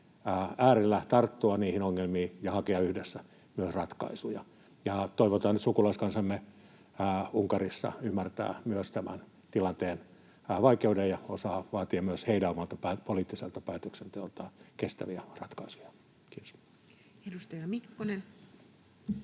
äärellä tarttua niihin ongelmiin ja hakea yhdessä myös ratkaisuja. Toivotaan, että sukulaiskansamme Unkarissa ymmärtää myös tämän tilanteen vaikeuden ja osaa vaatia myös omalta poliittiselta päätöksenteoltaan kestäviä ratkaisuja. — Kiitos. [Speech